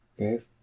Okay